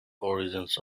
origins